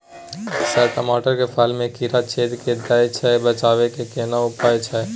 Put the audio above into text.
Sir टमाटर के फल में कीरा छेद के दैय छैय बचाबै के केना उपाय छैय?